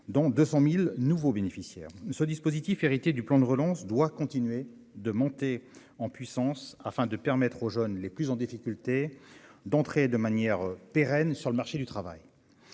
dont 200000 nouveaux bénéficiaires, ce dispositif hérité du plan de relance doit continuer de monter en puissance afin de permettre. Aux jeunes les plus en difficulté d'entrée de manière pérenne sur le marché du travail,